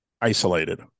isolated